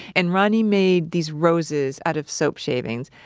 and ronnie made these roses out of soap shavings,